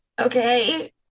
Okay